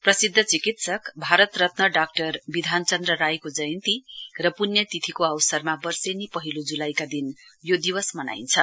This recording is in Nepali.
प्रसिद्ध चिकित्सक भारत रत्न डाक्टर विधान चन्द्र रायको जयन्ती र पूण्यतिथिको अवसरमा वर्षेनी पहिलो ज्लाईका दिन यो दिवस मनाइन्छ